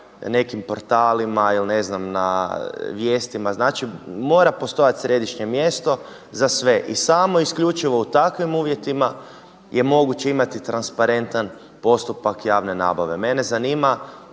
nekim portalima ili ne znam na vijestima. Znači mora postojati središnje mjesto za sve. I samo isključivo u takvim uvjetima je moguće imati transparentan postupak javne nabave. Mene zanima